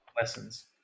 Lessons